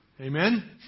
Amen